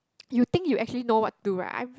you think you actually know what to write